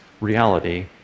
reality